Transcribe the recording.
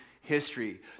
history